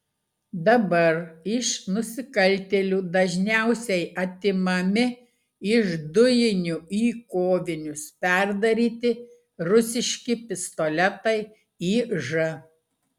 dabar iš nusikaltėlių dažniausiai atimami iš dujinių į kovinius perdaryti rusiški pistoletai iž